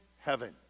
heaven